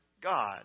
God